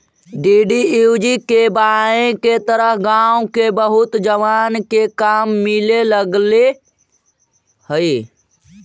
DDUGKY के तहत गाँव के बहुत जवान के काम मिले लगले हई